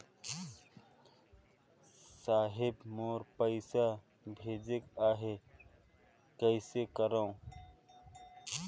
साहेब मोर पइसा भेजेक आहे, कइसे करो?